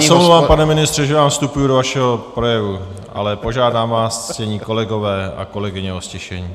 Já se omlouvám, pane ministře, že vám vstupuji do vašeho projevu, ale požádám vás, ctění kolegové a kolegyně, o ztišení.